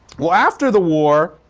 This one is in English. well, after the war,